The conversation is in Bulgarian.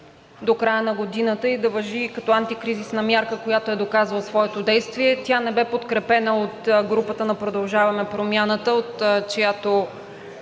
до края на годината и да важи като антикризисна мярка, която е доказала своето действие, тя не бе подкрепена от групата на „Продължаваме Промяната“, от която